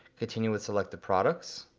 continue with selected products,